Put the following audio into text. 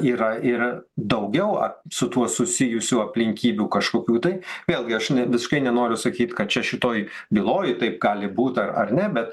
yra ir daugiau su tuo susijusių aplinkybių kažkokių tai vėlgi aš ne visiškai nenoriu sakyt kad čia šitoj byloj taip gali būt ar ne bet